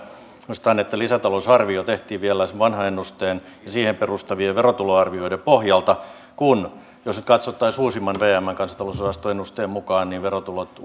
muistutan että lisätalousarvio tehtiin vielä vanhan ennusteen ja siihen perustuvien verotuloarvioiden pohjalta ja jos nyt katsottaisiin vmn uusimman kansantalousosaston ennusteen mukaan niin verotulot